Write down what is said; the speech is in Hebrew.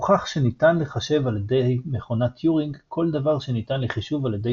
הוכח שניתן לחשב על ידי מכונות טיורינג כל דבר שניתן לחישוב על ידי